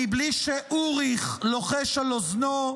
מבלי שאוריך לוחש על אוזנו,